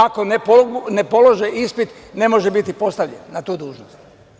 Ako ne polože ispit, ne može biti postavljeni na tu dužnost.